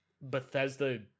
Bethesda